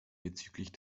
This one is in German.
bezüglich